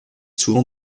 souvent